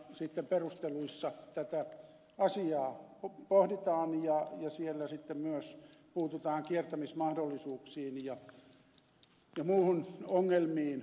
sitten perusteluissa tätä asiaa pohditaan ja siellä sitten myös puututaan kiertämismahdollisuuksiin ja muihin ongelmiin